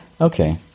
Okay